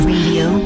Radio